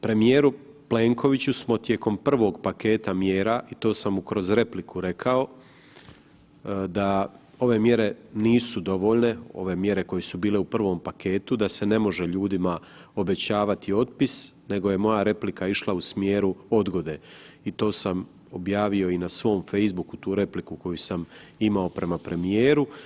Premijeru Plenkoviću smo tijekom prvog paketa mjera i to sam mu kroz repliku rekao, da ove mjere nisu dovoljne, ove mjere koje su bile u prvom paketu da se ne može ljudima obećavati otpis nego je moja replika išla u smjeru odgode i to sam objavio i na svom facebooku tu repliku koju sam imao prema premijeru.